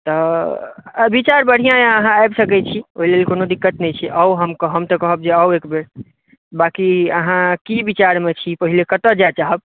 तऽ विचार बढिऑं अहि अहाँ आबि सकै छी ओहि लेल कोनो दिक्कत नहि छै आउ अहाँ हम तऽ कहब जे आउ एकबेर बांकी अहाँ की विचारमे छी पहिले कतय जाय चाहब